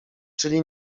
czyli